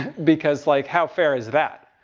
because like how fair is that?